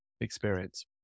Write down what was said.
experience